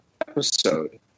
episode